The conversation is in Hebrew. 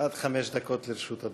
עד חמש דקות לרשות אדוני.